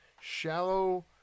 shallow